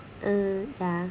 hmm yeah